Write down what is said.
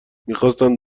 میخواستند